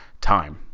time